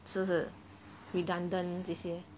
是不是 redundant 这些